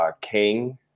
King